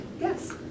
Yes